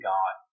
God